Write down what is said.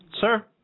Sir